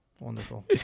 Wonderful